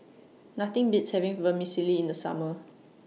Nothing Beats having Vermicelli in The Summer